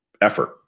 effort